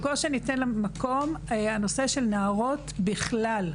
לנושא של נערות בכלל,